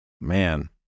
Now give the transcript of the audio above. man